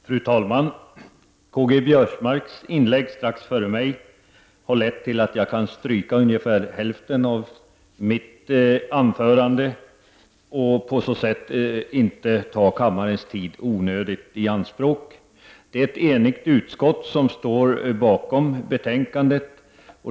Fru talman! Karl-Göran Biörsmarks inlägg har lett till att jag kan stryka ungefär hälften av mitt anförande och på så sätt inte i onödan ta kammarens tid i anspråk. Det är ett enigt utskott som står bakom betänkandet.